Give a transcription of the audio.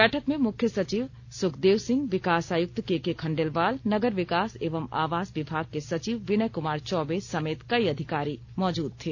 बैठक में मुख्य सचिव सुखदेव सिंह विकास आयुक्त केके खंडेलवाल नगर विकास एवं आवास विभाग के सचिव विनय कुमार चौबे समेत कई अधिकारी मौजूद थे